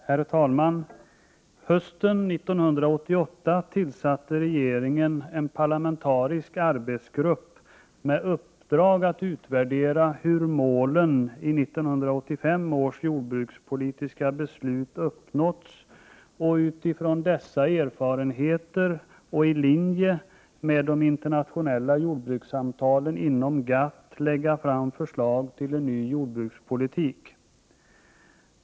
Herr talman! Hösten 1988 tillsatte regeringen en parlamentarisk arbetsgrupp med uppdrag att utvärdera hur målen i 1985 års jordbrukspolitiska beslut uppnåtts och att utifrån dessa erfarenheter och i linje med de internationella jordbrukssamtalen inom GATT lägga fram förslag till en ny jordbrukspolitik.